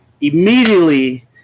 immediately